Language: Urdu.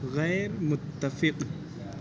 غیر متفق